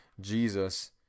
Jesus